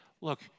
look